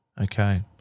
Okay